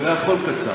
אני לא יכול קצר.